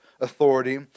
authority